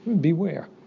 Beware